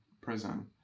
prison